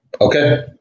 okay